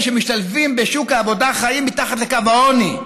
שמשתלבים בשוק העבודה חיים מתחת לקו העוני.